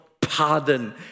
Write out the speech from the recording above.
pardon